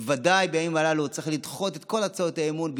בוודאי בימים אלה צריך לדחות את כל הצעות האי-אמון,